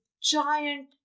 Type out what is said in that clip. giant